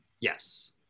Yes